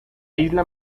isla